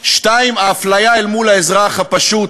2. האפליה לעומת האזרח הפשוט,